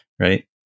Right